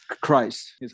Christ